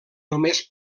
només